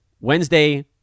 Wednesday